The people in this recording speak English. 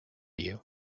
you